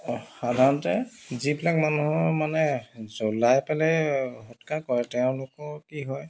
সাধাৰণতে যিবিলাক মানুহৰ মানে জ্বলাই পেলাই সৎকাৰ কৰে তেওঁলোকৰ কি হয়